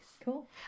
cool